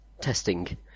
testing